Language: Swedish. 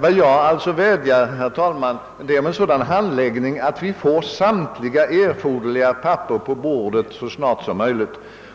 Vad jag vädjar om, herr talman, är alltså en sådan handläggning att vi får samtliga erforderliga papper på bordet så snart som möjligt.